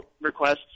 requests